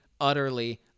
utterly